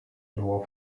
było